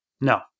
No